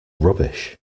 rubbish